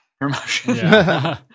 promotion